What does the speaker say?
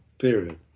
period